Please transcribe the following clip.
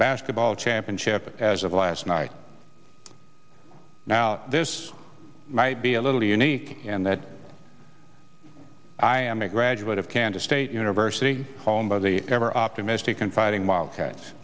basketball championship as of last night now this might be a little unique in that i am a graduate of kansas state university home by the ever optimistic confiding wildcats